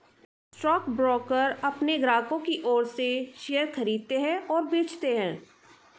stockbroker अपने ग्राहकों की ओर से शेयर खरीदते हैं और बेचते हैं